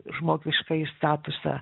žmogiškąjį statusą